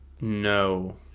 no